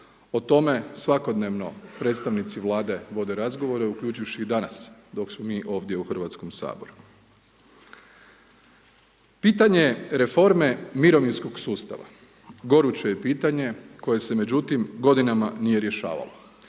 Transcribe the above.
O tome svakodnevno predstavnici vlade vode razgovore, uključivši i danas, dok smo mi ovdje u Hrvatskom saboru. Pitanje reforme mirovinskog sustava, goruće je pitanje, koje se međutim, godinama nije rješavalo,